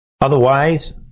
Otherwise